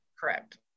Correct